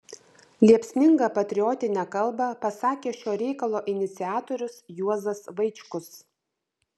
liepsningą patriotinę kalbą pasakė šio reikalo iniciatorius juozas vaičkus